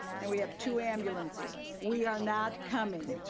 and we have two ambulances. we are not coming.